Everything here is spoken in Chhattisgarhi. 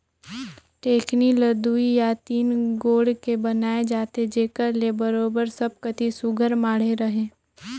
टेकनी ल दुई या तीन गोड़ के बनाए जाथे जेकर ले बरोबेर सब कती सुग्घर माढ़े रहें